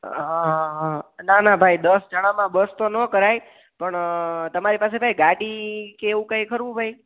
હં હા હા ના ના ભાઈ દસ જણામાં બસ તો ન કરાય પણ તમારી પાસે ભાઈ ગાડી કે એવું કાંઈ ખરું ભાઈ